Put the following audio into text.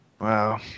Wow